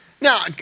Now